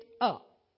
up